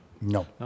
No